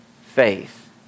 faith